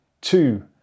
two